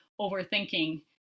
overthinking